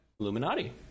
Illuminati